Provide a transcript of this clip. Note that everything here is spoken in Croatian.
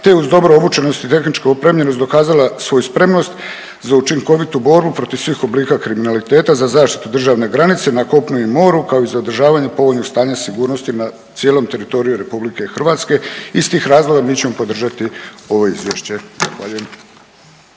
te uz dobru obučenost i tehničku opremljenost dokazala svoju spremnost za učinkovitu borbu protiv svih oblika kriminaliteta za zaštitu državne granice na kopnu i moru kao i za održavanje povoljnog stanja sigurnosti na cijelom teritoriju RH. Iz tih razloga mi ćemo podržati ovo izvješće. Zahvaljujem.